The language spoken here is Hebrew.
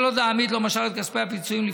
כל עוד העמית לא משך את כספי הפיצויים.